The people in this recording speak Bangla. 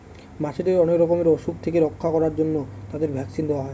মাছেদের অনেক রকমের অসুখ থেকে রক্ষা করার জন্য তাদের ভ্যাকসিন দেওয়া হয়